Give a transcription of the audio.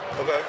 Okay